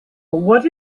what